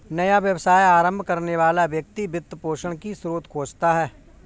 नया व्यवसाय आरंभ करने वाला व्यक्ति वित्त पोषण की स्रोत खोजता है